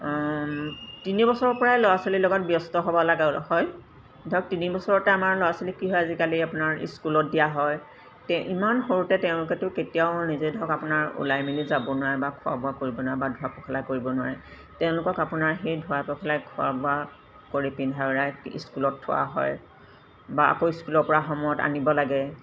তিনিবছৰৰপৰাই ল'ৰা ছোৱালীৰ লগত ব্যস্ত হ'ব লগা হয় ধৰক তিনিবছৰতে আমাৰ ল'ৰা ছোৱালীক কি হয় আজিকালি আপোনাৰ স্কুলত দিয়া হয় তো ইমান সৰুতে তেওঁলোকেতো কেতিয়াও নিজে ধৰক আপোনাৰ ওলাই মেলি যাব নোৱাৰে বা খোৱা বোৱা কৰিব নোৱাৰে বা ধোৱা পখলা কৰিব নোৱাৰে তেওঁলোকক আপোনাৰ সেই ধুৱাই পখলাই খোৱ বোৱা কৰি পিন্ধাই উৰাই স্কুলত থোৱা হয় বা আকৌ স্কুলৰপৰা সময়ত আনিব লাগে